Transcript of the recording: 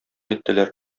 иттеләр